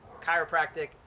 chiropractic